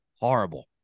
horrible